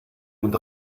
und